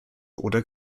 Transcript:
oder